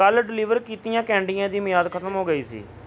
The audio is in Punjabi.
ਕੱਲ੍ਹ ਡਿਲੀਵਰ ਕੀਤੀਆਂ ਕੈਂਡੀਆਂ ਦੀ ਮਿਆਦ ਖਤਮ ਹੋ ਗਈ ਸੀ